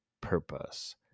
purpose